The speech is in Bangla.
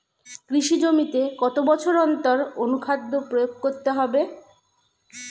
কৃষি জমিতে কত বছর অন্তর অনুখাদ্য প্রয়োগ করতে হবে?